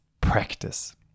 practice